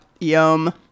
Yum